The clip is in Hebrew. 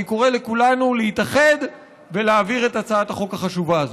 אני קורא לכולנו להתאחד ולהעביר את הצעת החוק החשובה הזאת.